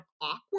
awkward